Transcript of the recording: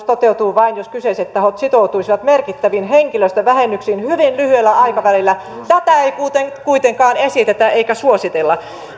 toteutuu vain jos kyseiset tahot sitoutuisivat merkittäviin henkilöstövähennyksiin hyvin lyhyellä aikavälillä tätä ei muuten kuitenkaan esitetä eikä suositella